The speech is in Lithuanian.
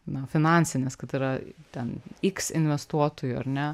nu finansinės kad yra ten iks investuotojų ar ne